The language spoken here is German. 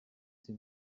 sie